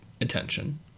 attention